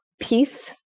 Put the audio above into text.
peace